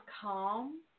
calm